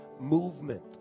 movement